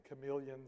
chameleons